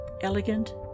elegant